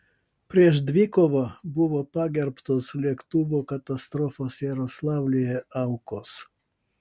prieš dvikovą buvo pagerbtos lėktuvo katastrofos jaroslavlyje aukos